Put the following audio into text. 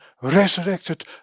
resurrected